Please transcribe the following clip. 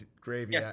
gravy